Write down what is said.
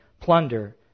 plunder